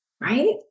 right